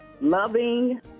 loving